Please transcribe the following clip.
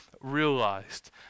realized